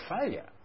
failure